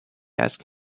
asked